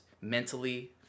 mentally